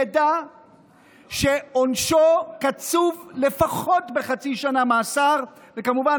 ידע שעונשו קצוב לפחות לחצי שנה מאסר וכמובן,